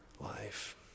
life